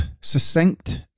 succinct